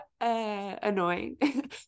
annoying